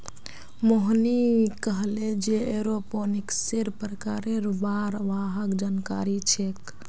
मोहिनी कहले जे एरोपोनिक्सेर प्रकारेर बार वहाक जानकारी छेक